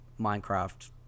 minecraft